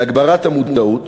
להגברת המודעות,